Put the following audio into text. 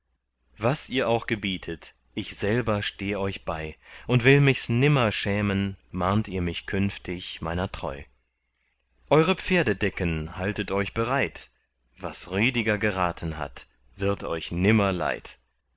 was ihr auch gebietet ich selber steh euch bei und will michs nimmer schämen mahnt ihr mich künftig meiner treu eure pferdedecken haltet euch bereit was rüdiger geraten hat wird euch nimmer leid